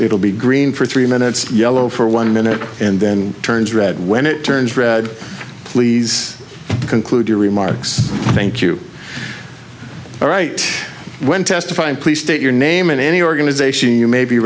will be green for three minutes yellow for one minute and then turns red when it turns red please conclude your remarks thank you all right when testifying please state your name in any organization you may be